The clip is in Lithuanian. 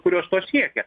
kurios to siekia